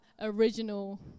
original